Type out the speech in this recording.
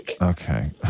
Okay